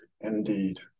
Indeed